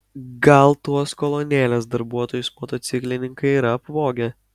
gal tuos kolonėlės darbuotojus motociklininkai yra apvogę